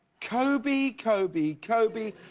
kobe, kobe, kobe.